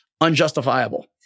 unjustifiable